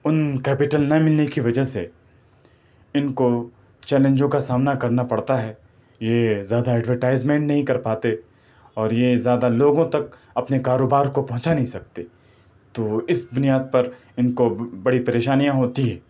ان capital نہ ملنے کی وجہ سے ان کو چیلنجوں کا سامنا کرنا پڑتا ہے یہ زیادہ ایڈورٹائزمنٹ نہیں کر پاتے اور یہ زیادہ لوگوں تک اپنے کاروبار کو پہنچا نہیں سکتے تو اس بنیاد پر ان کو بڑی پریشانیاں ہوتی ہے